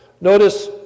Notice